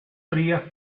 frías